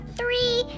three